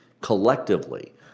collectively